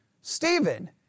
Stephen